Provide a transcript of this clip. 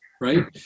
right